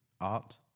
art